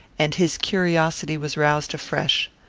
and his curiosity was roused afresh.